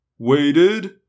waited